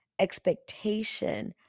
expectation